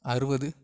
அறுபது